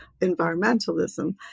environmentalism